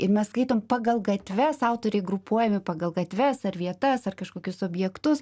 ir mes skaitom pagal gatves autoriai grupuojami pagal gatves ar vietas ar kažkokius objektus